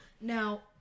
Now